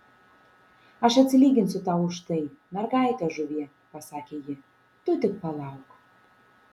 aš atsilyginsiu tau už tai mergaite žuvie pasakė ji tu tik palauk